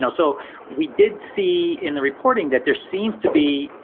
so so we did see in the reporting that there seems to be,